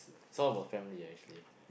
it's all about family actually